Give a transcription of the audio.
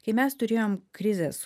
kai mes turėjom krizes